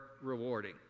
rewarding